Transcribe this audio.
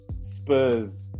Spurs